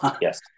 Yes